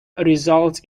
results